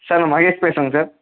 sir நான் மகேஷ் பேசுகிறேங்க sir